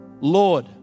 Lord